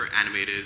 animated